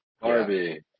Barbie